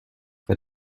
pour